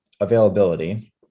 availability